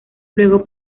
luego